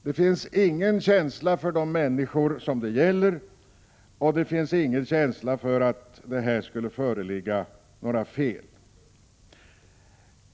Det finns ingen känsla för de människor som det gäller, ingen antydan att det skulle föreligga något fel.